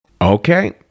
Okay